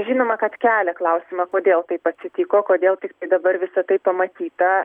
žinoma kad kelia klausimą kodėl taip atsitiko kodėl tiktai dabar visa tai pamatyta